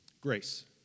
Grace